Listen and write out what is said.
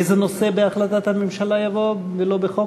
איזה נושא בהחלטת הממשלה יבוא ולא בחוק?